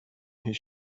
his